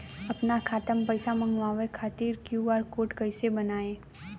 आपन खाता मे पैसा मँगबावे खातिर क्यू.आर कोड कैसे बनाएम?